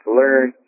learn